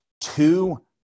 two